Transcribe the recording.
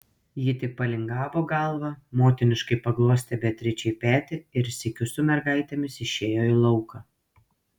ji tik palingavo galvą motiniškai paglostė beatričei petį ir sykiu su mergaitėmis išėjo į lauką